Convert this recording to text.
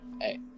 hey